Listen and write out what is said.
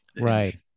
right